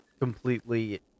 completely